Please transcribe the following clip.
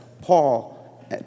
Paul